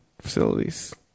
facilities